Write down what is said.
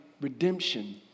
redemption